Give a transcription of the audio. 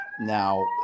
now